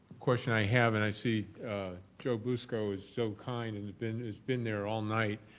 question i have and i see joe bushko was so kind and has been has been there all night.